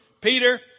Peter